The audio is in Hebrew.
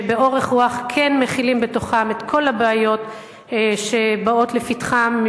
שבאורך רוח כן מכילים בתוכם את כל הבעיות שבאות לפתחם,